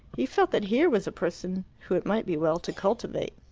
he felt that here was a person whom it might be well to cultivate.